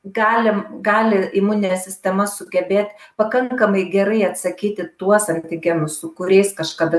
galim gali imuninė sistema sugebėt pakankamai gerai atsakyt į tuos antigenus su kuriais kažkada